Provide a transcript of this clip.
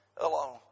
alone